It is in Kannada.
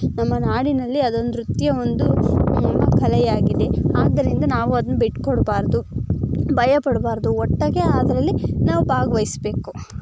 ನಮ್ಮ ನಾಡಿನಲ್ಲಿ ಅದೊಂದು ನೃತ್ಯ ಒಂದು ಕಲೆಯಾಗಿದೆ ಆದ್ದರಿಂದ ನಾವು ಅದ್ನ ಬಿಟ್ಕೊಡಬಾರ್ದು ಭಯಪಡ್ಬಾರ್ದು ಒಟ್ಟಾಗೆ ಅದರಲ್ಲಿ ನಾವು ಭಾಗವೈಸ್ಬೇಕು